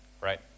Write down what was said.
Right